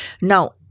Now